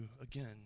again